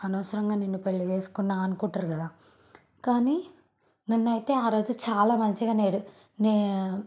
అనవసరంగా నిన్ను పెళ్ళి చేసుకున్నాను అంటారు కదా కానీ నన్ను అయితే ఆ రోజు చాలా మంచిగా